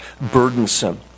burdensome